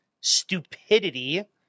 stupidity